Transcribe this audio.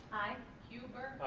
aye. huber?